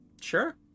Sure